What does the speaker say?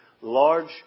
large